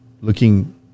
looking